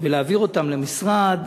ולהעביר אותן למשרד